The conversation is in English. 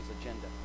agenda